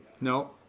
No